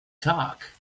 talk